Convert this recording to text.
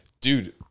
Dude